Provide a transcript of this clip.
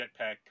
jetpack